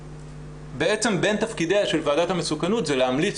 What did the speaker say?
בעצם בין תפקידיה של ועדת המסוכנות זה להמליץ